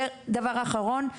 דבר אחרון,